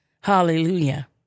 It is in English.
Hallelujah